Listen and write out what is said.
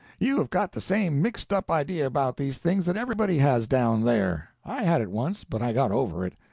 you have got the same mixed-up idea about these things that everybody has down there. i had it once, but i got over it.